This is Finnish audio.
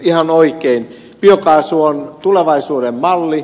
ihan oikein biokaasu on tulevaisuuden malli